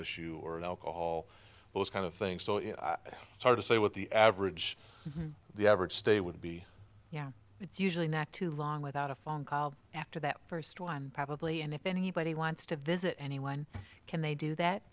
issue or alcohol those kind of things so it's hard to say what the average the average stay would be yeah it's usually not too long without a phone call after that first one probably and if anybody wants to visit anyone can they do that